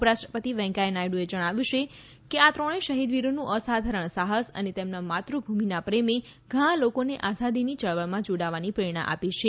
ઉપરાષ્ટ્રપતિ વેંકૈયા નાયડુએ જણાવ્યું છે કે આ ત્રણેય શહીદવીરોનું અસાધારણ સાહસ અને તેમના માતૃભૂમિના પ્રેમે ઘણા લોકોને આઝાદીની યળવળમાં જોડાવાની પ્રેરણા આપી છે